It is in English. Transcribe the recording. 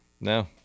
No